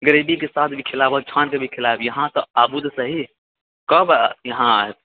ग्रेबीके साथ भी खिलाएब आओर छानिके भी खिलाएब इहाँ तऽ आबू तऽ सही कब इहाँ आएब